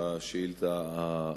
יואיל לשבת.